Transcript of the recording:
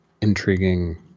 intriguing